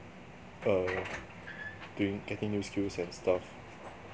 err doing getting new skills and stuff